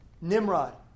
Nimrod